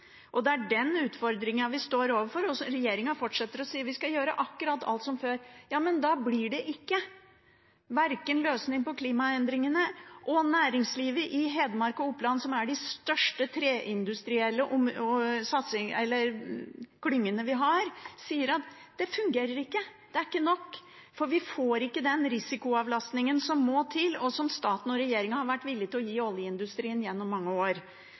Det er den utfordringen vi står overfor. Regjeringen fortsetter å si at vi skal gjøre alt akkurat som før. Men da blir det ikke en løsning på klimaendringene, og næringslivet i Hedmark og Oppland, som er de største treindustri-klyngene vi har, sier at det ikke fungerer, det er ikke nok, for vi får ikke den risikoavlastningen som må til, og som staten og regjeringen har vært villig til å gi oljeindustrien gjennom mange år.